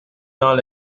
dans